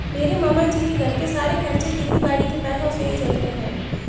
मेरे मामा जी के घर के सारे खर्चे खेती बाड़ी के पैसों से ही चलते हैं